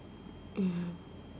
mm ya